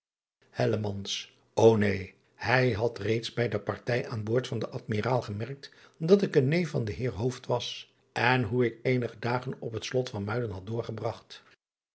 o een hij had reeds bij de partij aan boord van den dmiraal gemerkt dat ik een neef van den eer was en hoe ik eenige dagen op het lot van uiden had doorgebragt